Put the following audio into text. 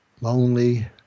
lonely